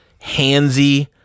handsy